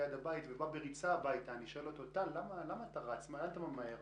שאלתי אותו: טל, למה אתה רץ, לאן אתה ממהר?